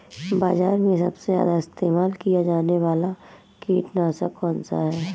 बाज़ार में सबसे ज़्यादा इस्तेमाल किया जाने वाला कीटनाशक कौनसा है?